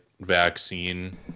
vaccine